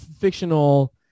fictional